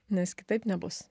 nes kitaip nebus